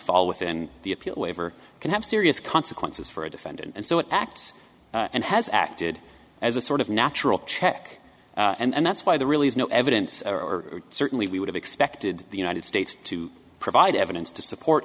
fall within the appeal waiver can have serious consequences for a defendant and so it acts and has acted as a sort of natural check and that's why the really is no evidence or certainly we would have expected the united states to provide evidence to support